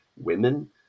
women